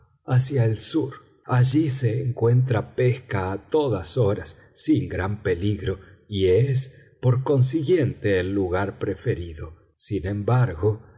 hacia el sur allí se encuentra pesca a todas horas sin gran peligro y es por consiguiente el lugar preferido sin embargo